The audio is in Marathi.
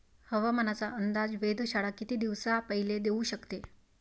हवामानाचा अंदाज वेधशाळा किती दिवसा पयले देऊ शकते?